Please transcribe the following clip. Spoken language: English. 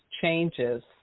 changes